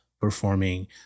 performing